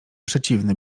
przeciwne